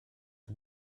the